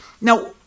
Now